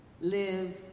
live